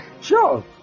Sure